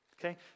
Okay